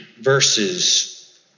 verses